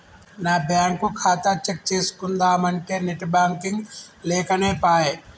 నా బ్యేంకు ఖాతా చెక్ చేస్కుందామంటే నెట్ బాంకింగ్ లేకనేపాయె